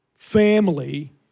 family